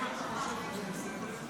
והאם אתה חושב שזה בסדר.